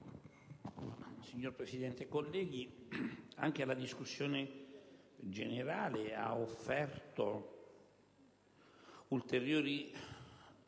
Signor Presidente, onorevoli colleghi, anche la discussione generale ha offerto ulteriori